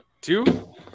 Two